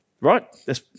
right